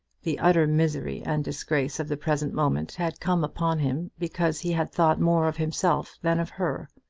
the utter misery and disgrace of the present moment had come upon him because he had thought more of himself than of her.